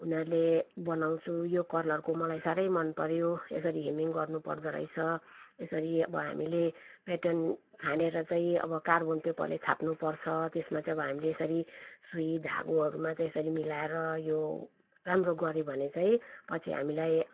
उनीहरूले बनाउँछु यो कलरको मलाई साह्रै मनपऱ्यो यसरी हेमिङ गर्नुपर्दो रहेछ यसरी अब हामीले प्याटर्न छानेर चाहिँ अब कार्बन पेपरले छाप्नुपर्छ त्यसमा चाहिँ अब हामीले सुई धागोहरूमा चाहिँ यसरी मिलाएर यो राम्रो गऱ्यौँ भने चाहिँ पछि हामीलाई